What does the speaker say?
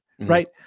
right